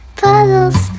puzzles